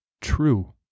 true